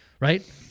right